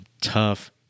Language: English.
tough